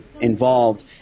involved